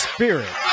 Spirit